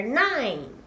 nine